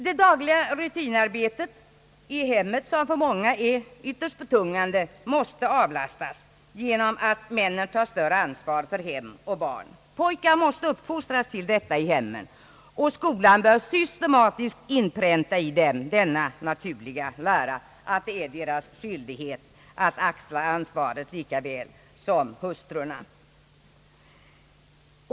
Det dagliga rutinarbetet i hemmet, som för många är ytterst betungande, måste avlastas genom att männen tar större ansvar för hem och barn. Pojkarna måste uppfostras till detta i hemmen, och skolan bör systematiskt inpränta i dem denna naturliga lära att det är deras skyldighet att axla ansvaret lika väl som hustrurna.